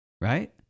right